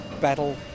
battle